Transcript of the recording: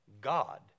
God